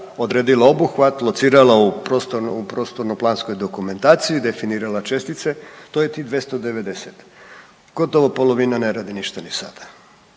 odredila obuhvat, locirala u prostorno, prostorno planskoj dokumentaciji i definirala čestice, to je tih 290. Gotovo polovina ne radi ništa ni sada.